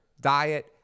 diet